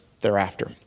thereafter